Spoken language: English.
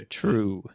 true